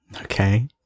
Okay